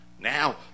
Now